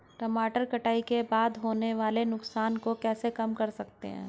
टमाटर कटाई के बाद होने वाले नुकसान को कैसे कम करते हैं?